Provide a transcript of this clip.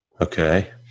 Okay